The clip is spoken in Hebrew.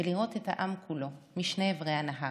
ולראות את העם כולו משני עברי הנהר.